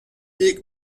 i̇lk